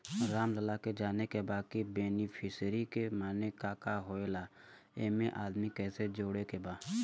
रामलाल के जाने के बा की बेनिफिसरी के माने का का होए ला एमे आदमी कैसे जोड़े के बा?